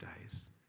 days